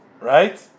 right